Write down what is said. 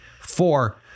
four